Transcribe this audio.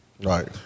right